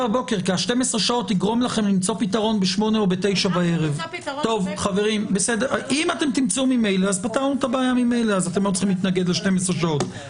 כי ה-12 שעות יגרום לכם למצוא פתרון ב-20:00 או 21:00. אם תמצאו פתרון ממילא - אתם לא צריכים להתנגד ל-12 שעות.